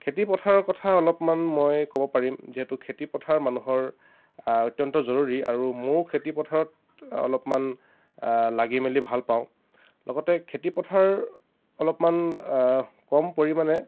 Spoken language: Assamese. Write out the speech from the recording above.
খেতিপথাৰৰ কথা অলপমান মই ক'ব পাৰিম যিহেতু খেতিপথাৰ মানুহৰ অত্যন্ত জৰুৰী আৰু ময়ো খেতিপথাৰত অলপমান লাগি মেলি ভাল পাওঁ লগতে খেতিপথাৰ অলপমান কম পৰিমাণে